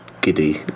giddy